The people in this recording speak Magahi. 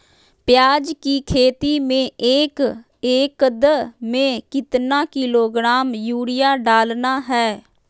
प्याज की खेती में एक एकद में कितना किलोग्राम यूरिया डालना है?